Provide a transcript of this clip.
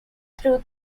through